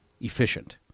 efficient